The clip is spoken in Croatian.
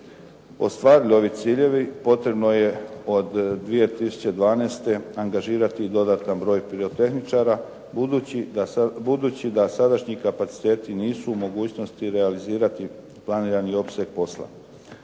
ostvarili ovi ciljevi potrebno je od 2012. angažirati dodatan broj pirotehničara, budući da sadašnji kapaciteti nisu u mogućnosti realizirati planirani opseg posla.